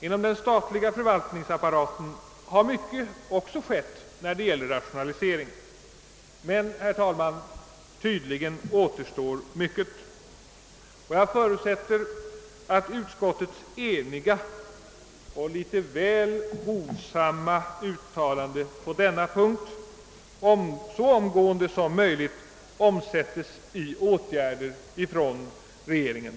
Inom den statliga förvaltningsapparaten har också mycket skett i rationaliseringshänseende, men, herr talman, tydligen återstår mycket. Jag förutsätter att utskottets eniga och litet väl hovsamma uttalande på denna punkt så omgående som möjligt omsättes i åtgärder från regeringen.